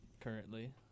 currently